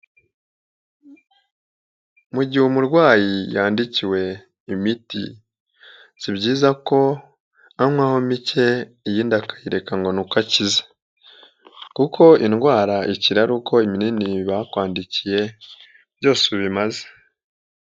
Mu gihe umurwayi yandikiwe imiti, si byiza ko anywaho mike iyindi akayireka ngo ni uko aze kuko indwara iki ari uko ibinini bakwandikiye byose ubimaze.